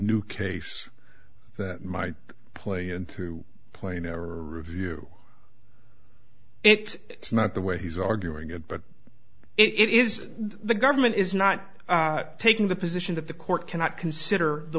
new case that might play into play in a review it's not the way he's arguing it but it is the government is not taking the position that the court cannot consider the